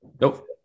nope